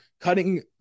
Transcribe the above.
cutting